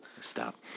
stop